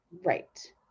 right